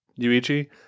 Yuichi